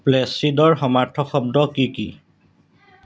প্লেছিডৰ সমাৰ্থক শব্দ কি কি